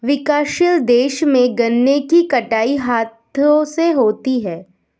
विकासशील देशों में गन्ने की कटाई हाथों से होती है